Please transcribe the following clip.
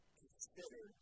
consider